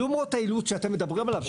למרות האילוץ שאתם מדברים עליו,